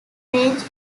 range